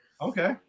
Okay